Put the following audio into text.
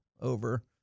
over